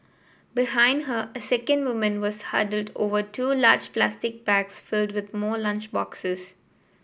behind her a second woman was huddled over two large plastic bags filled with more lunch boxes